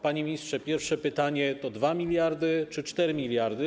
Panie ministrze, pierwsze pytanie: To 2 mld czy 4 mld kar?